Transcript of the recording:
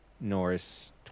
Norris